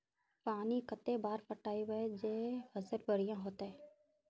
पानी कते बार पटाबे जे फसल बढ़िया होते?